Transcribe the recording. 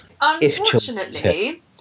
Unfortunately